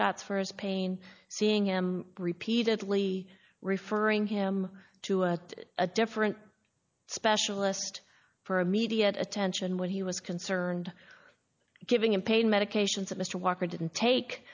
shots for his pain seeing him repeatedly referring him to a different specialist for immediate attention when he was concerned giving him pain medications mr walker didn't take